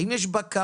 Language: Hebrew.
האם יש בקרה?